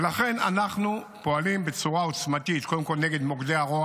ולכן אנחנו פועלים בצורה עוצמתית קודם כול נגד מוקדי הרוע